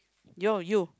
your you